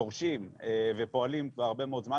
דורשים ופועלים כבר הרבה מאוד זמן